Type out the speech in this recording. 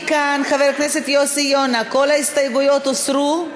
מכאן, חבר הכנסת יוסי יונה, כל ההסתייגויות הוסרו?